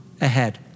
ahead